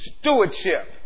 stewardship